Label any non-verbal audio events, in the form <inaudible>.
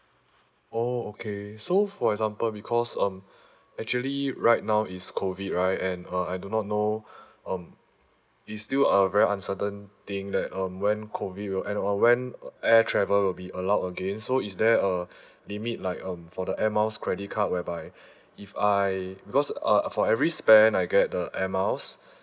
oh okay so for example because um <breath> actually right now is COVID right and uh I do not know <breath> um is still a very uncertain thing that um when COVID will end or when air travel will be allowed again so is there a <breath> limit like um for the air miles credit card whereby <breath> if I because uh uh for every spend I get the air miles